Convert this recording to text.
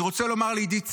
אני רוצה לומר לעידית סילמן: